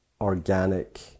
organic